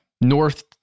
north